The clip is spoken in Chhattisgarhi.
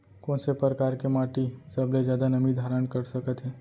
कोन से परकार के माटी सबले जादा नमी धारण कर सकत हे?